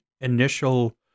initial